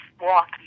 walk